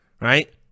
Right